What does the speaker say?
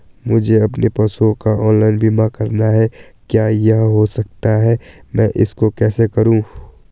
मुझे अपने पशुओं का ऑनलाइन बीमा करना है क्या यह हो सकता है मैं इसको कैसे करूँ?